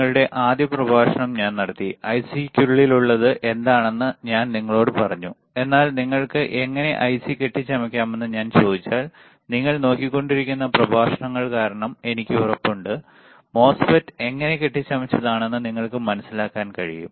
നിങ്ങളുടെ ആദ്യ പ്രഭാഷണം ഞാൻ നടത്തി ഐസിയ്ക്കുള്ളിലുള്ളത് എന്താണെന്ന് ഞാൻ നിങ്ങളോട് പറഞ്ഞു എന്നാൽ നിങ്ങൾക്ക് എങ്ങനെ ഐസി കെട്ടിച്ചമയ്ക്കാമെന്ന് ഞാൻ ചോദിച്ചാൽ നിങ്ങൾ നോക്കിക്കൊണ്ടിരിക്കുന്ന പ്രഭാഷണങ്ങൾ കാരണം എനിക്ക് ഉറപ്പുണ്ട് മോസ്ഫെറ്റ് എങ്ങനെ കെട്ടിച്ചമച്ചതാണെന്ന് നിങ്ങൾക്ക് മനസിലാക്കാൻ കഴിയും